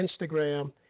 Instagram